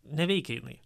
neveikia jinai